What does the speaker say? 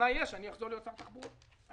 והתנאי יהיה שאני אחזור להיות שר התחבורה ...